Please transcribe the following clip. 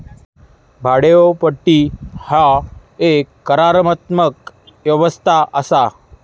भाड्योपट्टी ह्या एक करारात्मक व्यवस्था असा